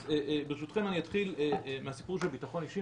ברשותכם אני אתחיל מהסיפור של ביטחון אישי,